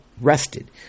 rested